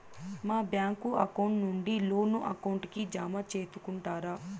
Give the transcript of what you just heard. మా bank account నుండి loan account కి జామ సేసుకుంటారా?